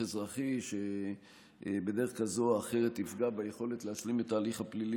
אזרחי שבדרך כזאת או אחרת יפגע ביכולת להשלים את ההליך הפלילי